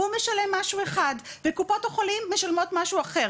והוא משלם משהו אחד וקופות החולים משלמות משהו אחר,